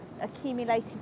accumulated